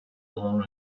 blown